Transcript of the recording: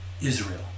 Israel